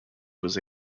was